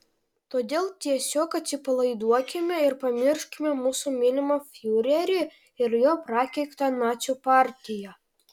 todėl tiesiog atsipalaiduokime ir pamirškime mūsų mylimą fiurerį ir jo prakeiktą nacių partiją